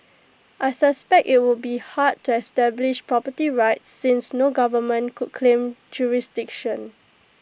I suspect IT would be hard to establish property rights since no government could claim jurisdiction